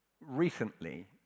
recently